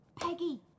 Peggy